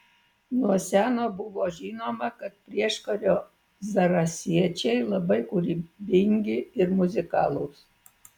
nuo seno buvo žinoma kad prieškario zarasiečiai labai kūrybingi ir muzikalūs